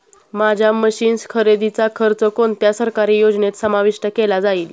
माझ्या मशीन्स खरेदीचा खर्च कोणत्या सरकारी योजनेत समाविष्ट केला जाईल?